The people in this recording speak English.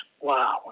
wow